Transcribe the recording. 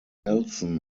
nelson